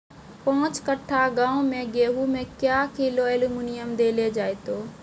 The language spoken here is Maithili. पाँच कट्ठा गांव मे गेहूँ मे क्या किलो एल्मुनियम देले जाय तो?